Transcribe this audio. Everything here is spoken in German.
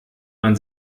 man